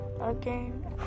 again